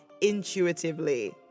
intuitively